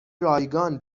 رایگان